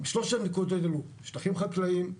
שלושת הנקודות האלה, שטחים חקלאיים,